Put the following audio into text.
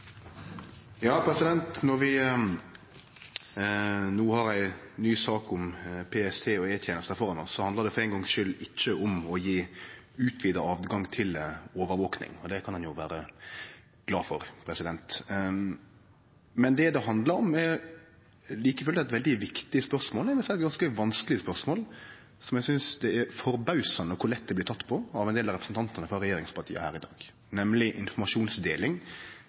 Når vi no har ei ny sak om PST og E-tenesta framfor oss, handlar det for ein gongs skuld ikkje om å gje utvida tilgang til overvaking, og det kan ein jo vere glad for. Men det det handlar om, er like fullt eit veldig viktig spørsmål, eg vil seie eit ganske vanskeleg spørsmål, som eg synest det blir teke forbausande lett på av ein del av representantane frå regjeringspartia her i dag, nemleg informasjonsdeling